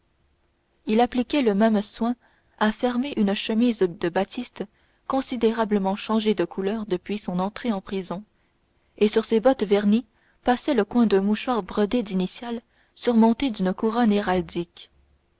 il appliquait le même soin à fermer une chemise de batiste considérablement changée de couleur depuis son entrée en prison et sur ses bottes vernies passait le coin d'un mouchoir brodé d'initiales surmontées d'une couronne héraldique